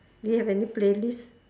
do you have any playlist